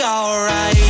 Alright